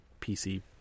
PC